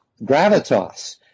gravitas